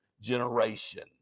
generation